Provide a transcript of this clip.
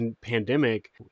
pandemic